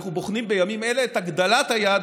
אנחנו בוחנים בימים אלה את הגדלת היעד